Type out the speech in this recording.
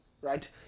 right